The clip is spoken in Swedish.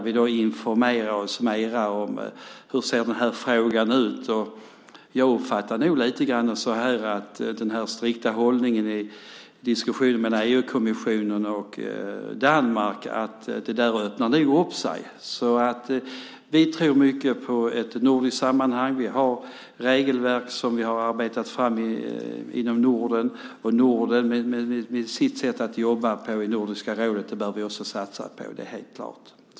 Vi informerade oss om hur den här frågan ser ut. Jag uppfattade det lite grann som att den strikta hållningen mellan EU-kommissionen och Danmark nog kommer att lättas upp. Vi tror mycket på ett nordiskt sammanhang. Vi har regelverk som vi har arbetat fram inom Norden. Det nordiska sättet att arbeta, med Nordiska rådet, bör vi också satsa på. Det är helt klart.